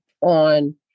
on